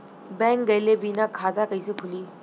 Bank गइले बिना खाता कईसे खुली?